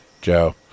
Joe